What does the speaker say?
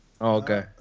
Okay